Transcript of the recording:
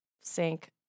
sink